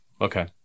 Okay